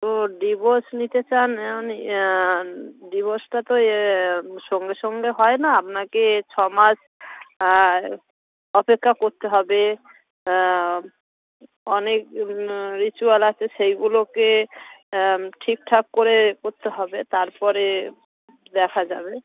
তো ডিভোর্স নিতে চান ডিভোর্সটা তো এ সঙ্গে সঙ্গে হয় না আপনাকে ছ মাস অপেক্ষা করতে হবে অনেক রিচুয়াল আছে সেগুলোকে ঠিকঠাক করে করতে হবে তার পরে দেখা যাবে